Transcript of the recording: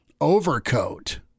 overcoat